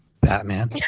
Batman